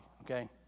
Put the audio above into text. Okay